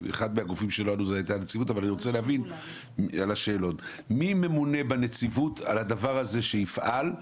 אני רוצה להבין מי ממונה בנציבות על הדבר הזה שיפעל,